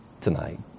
tonight